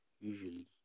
Usually